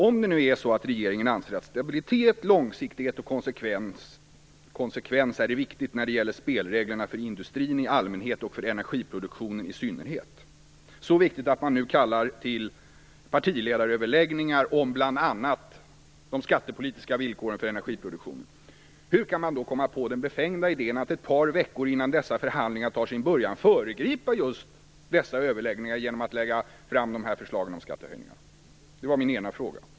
Om regeringen anser att stabilitet, långsiktighet och konsekvens är viktigt när det gäller spelreglerna för industrin i allmänhet och för energiproduktionen i synnerhet, så viktigt att man nu kallar till partiledaröverläggningar om bl.a. de skattepolitiska villkoren för energiproduktionen, hur kan man då komma på den befängda idén att ett par veckor innan dessa förhandlingar tar sin början föregripa just dessa överläggningar genom att lägga fram de här förslagen om skattehöjningar? Det var min ena fråga.